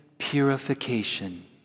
purification